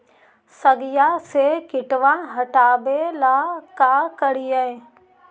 सगिया से किटवा हाटाबेला का कारिये?